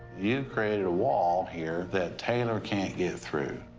you've created a wall here that taylor can't get through.